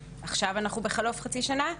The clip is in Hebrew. עכשיו אנחנו בחלוף חצי שנה.